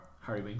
Harry